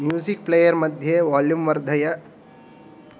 music player मध्ये volume वर्धय